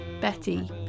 Betty